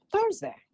Thursday